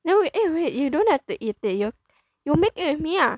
then wai~ eh wait you don't have to eat it you make it with me ah